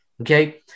okay